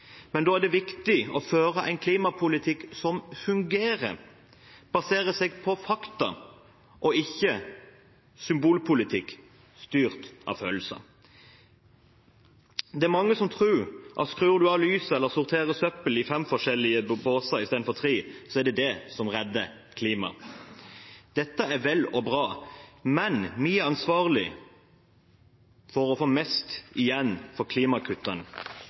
Men da er det viktig å føre en klimapolitikk som fungerer, og som baserer seg på fakta, og ikke en symbolpolitikk styrt av følelser. Det er mange som tror at om man skrur av lyset eller sorterer søppel i fem forskjellige båser i stedet for tre, er det det som redder klimaet. Dette er vel og bra, men vi er ansvarlige for å få mest mulig igjen for